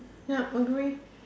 yup agree